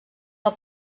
del